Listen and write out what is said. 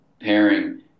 pairing